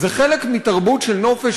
זה חלק מתרבות של נופש,